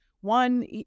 one